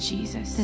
Jesus